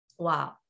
wow